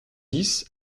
dix